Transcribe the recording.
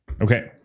Okay